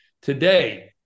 today